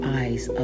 eyes